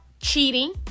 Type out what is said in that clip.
cheating